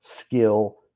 skill